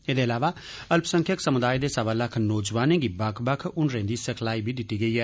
एह्दे इलावा अल्पसंख्यक समुदाए दे सवा लक्ख नौजवानें गी बक्ख बक्ख हुनरें दी सिखलाई बी दित्ती गेई ऐ